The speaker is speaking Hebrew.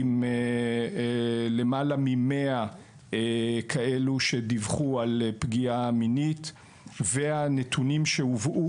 עם למעלה מ-100 מאלה שדיווחו על פגיעה מינית; והנתונים שהובאו,